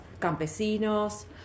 campesinos